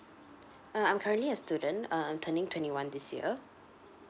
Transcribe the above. uh I'm currently a student err I'm turning twenty one this year